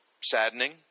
saddening